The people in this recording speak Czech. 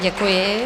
Děkuji.